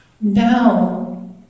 Now